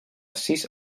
sis